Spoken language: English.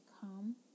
come